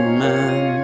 man